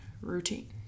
routine